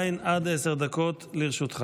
עדיין, עד עשר דקות לרשותך.